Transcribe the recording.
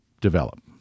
develop